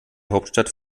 hauptstadt